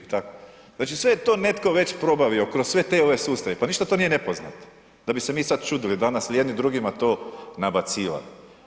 Znači sve je to netko već probavio kroz sve te ove sustave, pa ništa to nije nepoznato da bi se mi sad čudili, danas jedni drugima to nabacivali.